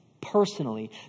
personally